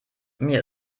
mir